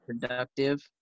productive